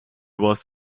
was